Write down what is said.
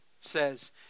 says